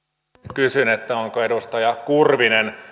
kysyn onko edustaja kurvinen